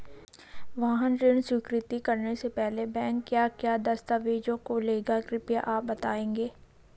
वाहन ऋण स्वीकृति करने से पहले बैंक क्या क्या दस्तावेज़ों को लेगा कृपया आप बताएँगे?